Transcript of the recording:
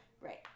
right